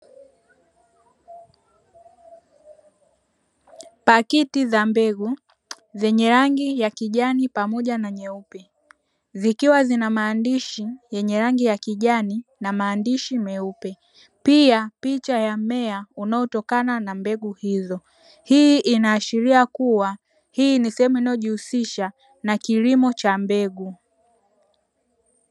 Pakiti za mbegu zenye rangi ya kijani pamoja na nyeupe, zikiwa zina maandishi yenye rangi ya kijani na maandishi meupe, pia picha ya mmea unaotokana na mbegu hizo. Hii inaashiria kuwa hii ni sehemu inayojihusisha na kilimo cha mbegu.